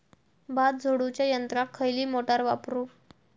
भात झोडूच्या यंत्राक खयली मोटार वापरू?